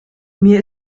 mir